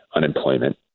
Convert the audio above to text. Unemployment